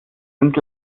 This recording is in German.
sind